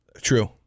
True